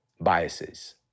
biases